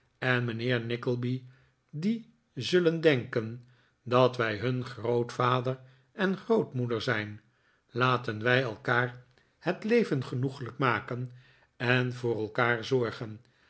en mijnheer nickleby die zullen denken dat wij hun grootvader en grootmoeder zijn laten wij elkaar het leven genoeglijk maken en voor elkaar zorgen